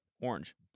orange